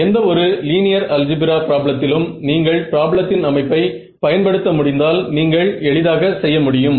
எந்த ஒரு linear algebra பிராப்ளத்திலும் நீங்கள் பிராப்ளத்தின் அமைப்பை பயன்படுத்த முடிந்தால் நீங்கள் எளிதாக செய்ய முடியும்